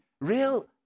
real